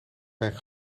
zijn